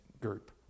group